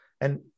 And-